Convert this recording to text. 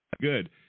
good